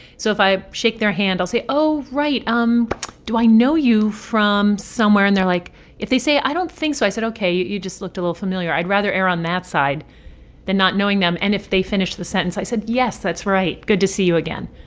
so if i shake their hand i'll say, oh, right, um do i know you from somewhere? and they're like if they say, i don't think so, i said, ok, you just looked a little familiar. i'd rather err on that side than not knowing them. and if they finish the sentence, i said, yes, that's right. good to see you again.